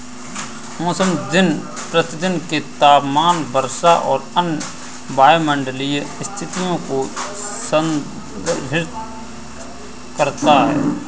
मौसम दिन प्रतिदिन के तापमान, वर्षा और अन्य वायुमंडलीय स्थितियों को संदर्भित करता है